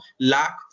lack